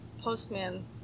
postman